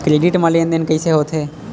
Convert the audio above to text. Credit मा लेन देन कइसे होथे?